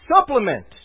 supplement